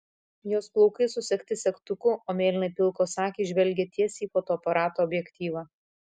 jos plaukai susegti segtuku o mėlynai pilkos akys žvelgia tiesiai į fotoaparato objektyvą